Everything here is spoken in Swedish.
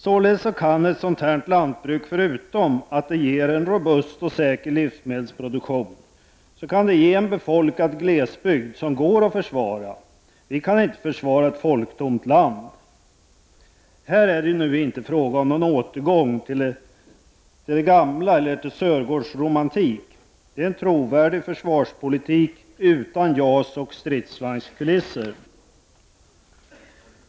Således kan ett sådant lantbruk, förutom att det ger robust och säker livsmedelsproduktion, ge en befolkad glesbygd som går att försvara. Vi kan inte försvara ett folktomt land. Här är det emellertid inte fråga om någon återgång till det gamla eller till Sörgårdsromantik, utan om en trovärdig försvarspolitik utan JAS och stridsvagnskulisser.